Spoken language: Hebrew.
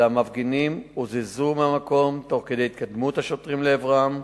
אלא המפגינים הוזזו מהמקום תוך כדי התקדמות השוטרים לעברם,